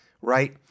right